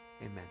Amen